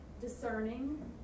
discerning